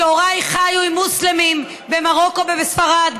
שהוריי חיו עם מוסלמים במרוקו ובספרד,